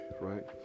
right